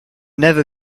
never